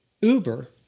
Uber